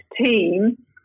team